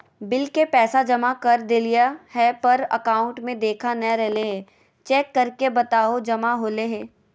Bill के पैसा जमा कर देलियाय है पर अकाउंट में देखा नय रहले है, चेक करके बताहो जमा होले है?